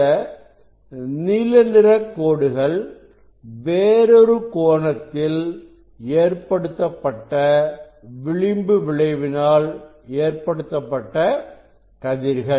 இந்த நீல நிறக் கோடுகள் வேறொரு கோணத்தில் ஏற்படுத்தப்பட்ட விளிம்பு விளைவினால் ஏற்படுத்தப்பட்டகதிர்கள்